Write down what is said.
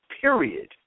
period